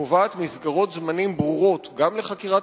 שקובעת מסגרות זמנים ברורות גם לחקירת